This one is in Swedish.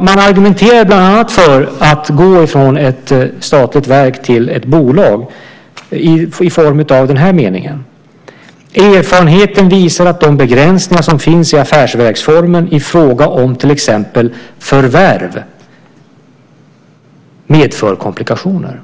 Man argumenterade bland annat för att gå ifrån ett statligt verk till ett bolag, som framgår av följande mening: Erfarenheten visar att de begränsningar som finns i affärsverksformen i fråga om till exempel förvärv medför komplikationer.